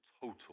total